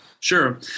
Sure